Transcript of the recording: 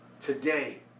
Today